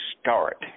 start